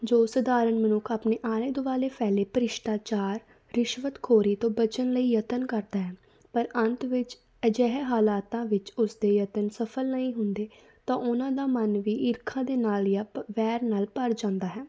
ਜੋ ਸਧਾਰਨ ਮਨੁੱਖ ਆਪਣੇ ਆਲੇ ਦੁਆਲੇ ਫੈਲੇ ਭ੍ਰਿਸ਼ਟਾਚਾਰ ਰਿਸ਼ਵਤਖੋਰੀ ਤੋਂ ਬਚਣ ਲਈ ਯਤਨ ਕਰਦਾ ਹੈ ਪਰ ਅੰਤ ਵਿੱਚ ਅਜਿਹੇ ਹਾਲਾਤਾਂ ਵਿੱਚ ਉਸ ਦੇ ਯਤਨ ਸਫਲ ਨਹੀਂ ਹੁੰਦੇ ਤਾਂ ਉਹਨਾਂ ਦਾ ਮਨ ਵੀ ਈਰਖਾ ਦੇ ਨਾਲ ਜਾਂ ਵੈਰ ਨਾਲ ਭਰ ਜਾਂਦਾ ਹੈ